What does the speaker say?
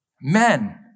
Men